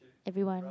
every one